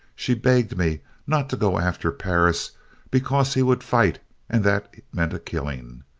she begged me not to go after perris because he would fight and that meant a killing.